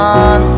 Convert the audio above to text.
on